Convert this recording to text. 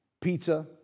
pizza